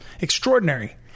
Extraordinary